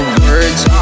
words